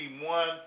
one